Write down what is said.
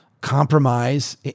compromise